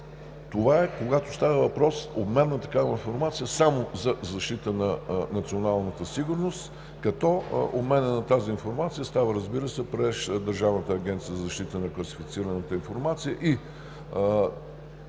Това е, когато става въпрос за обмен на такава информация само за защита на националната сигурност, като обменът на тази информация става през Държавната агенция за защита на класифицираната информация.